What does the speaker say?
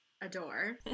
adore